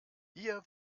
hier